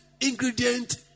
ingredient